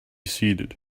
seated